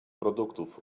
produktów